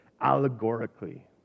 allegorically